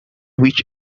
which